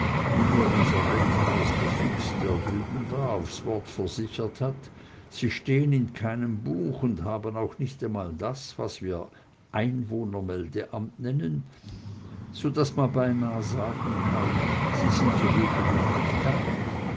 wie mir unser rentmeister fix der drüben war aufs wort versichert hat sie stehen in keinem buch und haben auch nicht einmal das was wir einwohnermeldeamt nennen so daß man beinah sagen kann sie sind so gut wie gar nicht da